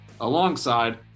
alongside